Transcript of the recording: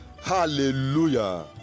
hallelujah